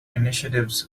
initiatives